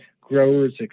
growers